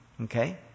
Okay